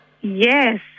Yes